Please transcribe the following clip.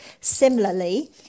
Similarly